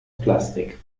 plastik